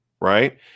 right